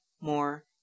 more